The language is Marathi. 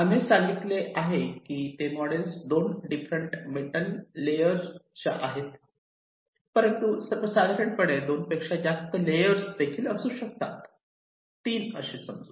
आम्ही सांगितले की ते मॉडेल्स 2 डिफरेन्ट मेटल च्या लेअरवर आहेत परंतु सर्वसाधारणपणे 2 पेक्षा जास्त लेअर असू शकतात 3 असे समजू